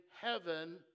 heaven